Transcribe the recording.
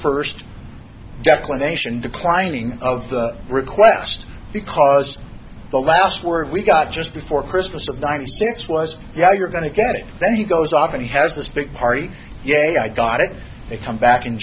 first declaration declining of the request because the last word we got just before christmas of dimes six was you know you're going to get it then he goes off and he has this big party yea i got it they come back in